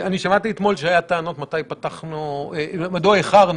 אני שמעתי אתמול שהיו טענות מדוע איחרנו.